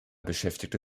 beschäftigte